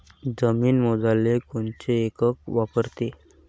जमीन मोजाले कोनचं एकक वापरते?